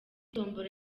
tombola